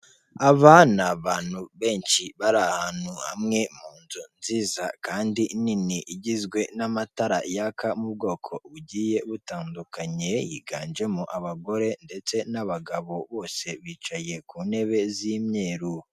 Aba ni abantu benshi bari ahantu hamwe mu nzu nziza kandi nini igizwe n'amatara yaka mu bwoko bugiye butandukanye, yiganjemo abagore ndetse n'abagabo bose bicaye ku ntebe z'imyeru.